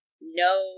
no